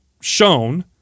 shown